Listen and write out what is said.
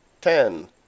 ten